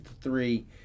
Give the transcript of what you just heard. three